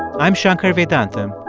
i'm shankar vedantam,